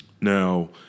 Now